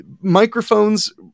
Microphones